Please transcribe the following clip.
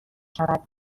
شود